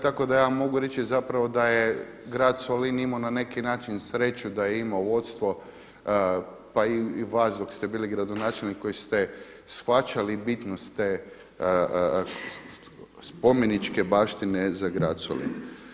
Tako da ja mogu reći zapravo da je grad Solin imao na neki način sreću da je imao vodstvo, pa i vas dok ste bili gradonačelnik koji ste shvaćali bitnost te spomeničke baštine za grad Solin.